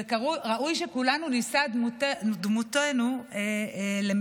וראוי שכולנו נישא עינינו למשנתו.